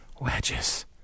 Wedges